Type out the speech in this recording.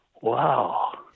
Wow